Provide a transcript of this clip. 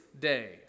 day